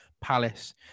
Palace